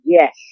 Yes